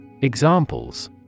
Examples